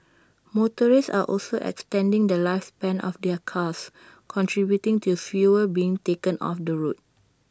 motorists are also extending the lifespan of their cars contributing to fewer being taken off the road